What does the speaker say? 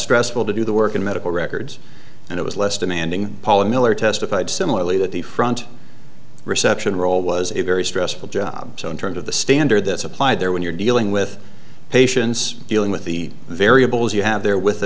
stressful to do the work in medical records and it was less demanding paula miller testified similarly that the front reception role was a very stressful job so in terms of the standard that's applied there when you're dealing with patients dealing with the variables you have there with the